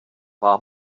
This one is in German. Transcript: war